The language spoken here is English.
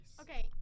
Okay